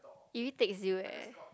irritates you eh